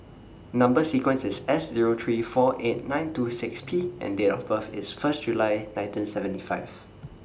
Number sequence IS S Zero three four eight nine two six P and Date of birth IS First July nineteen seventy five